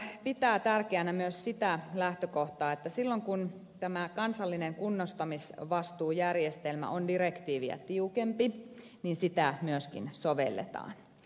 valiokunta pitää tärkeänä myös sitä lähtökohtaa että silloin kun tämä kansallinen kunnostamisvastuujärjestelmä on direktiiviä tiukempi sitä myöskin sovelletaan